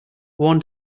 worn